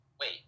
wait